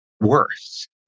worse